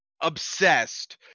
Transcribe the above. obsessed